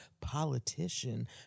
politician